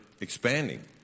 expanding